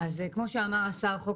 כמו שאמר השר, חוק